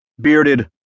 bearded